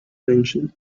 mansion